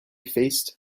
feast